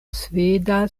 sveda